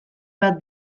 bat